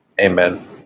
Amen